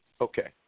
okay